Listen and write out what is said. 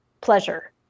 pleasure